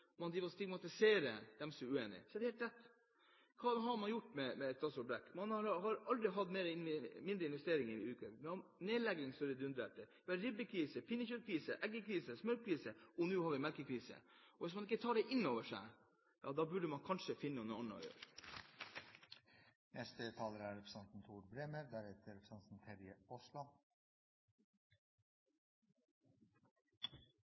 man driver og stigmatiserer dem som er uenige. Det er helt rett. Hva har man gjort under statsråd Brekk? Man har aldri hatt mindre investeringer, man legger ned så det dundrer etter, og det er ribbekrise, pinnekjøttkriser, eggkrise, smørkrise, og nå har vi melkekrise. Hvis man ikke tar det inn over seg, burde man kanskje finne noe annet å gjøre. Med all respekt for diskusjonen her i dag – hovudgrunnen til at eg tok ordet i denne debatten er